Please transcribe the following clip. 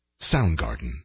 Soundgarden